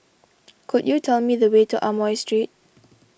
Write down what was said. could you tell me the way to Amoy Street